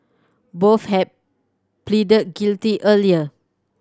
both had pleaded guilty earlier